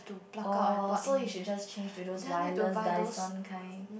oh so you should just change to those wireless Dyson kind